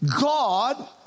God